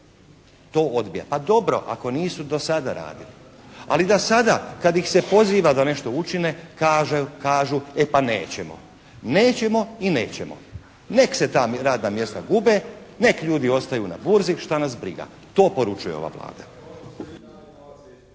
to odbija. Pa dobro, ako nisu do sada radili. Ali da sada kad ih se poziva da nešto učine kažu e pa nećemo, nećemo i nećemo. Nek se ta radna mjesta gube, nek ljudi ostaju na burzi, šta nas briga. To poručuje ova Vlada.